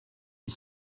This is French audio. est